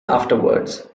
afterwards